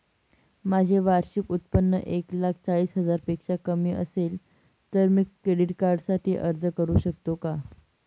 माझे वार्षिक उत्त्पन्न एक लाख चाळीस हजार पेक्षा कमी असेल तर मी क्रेडिट कार्डसाठी अर्ज करु शकतो का?